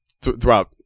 throughout